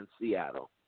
Seattle